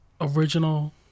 original